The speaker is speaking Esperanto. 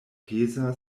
peza